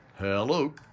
Hello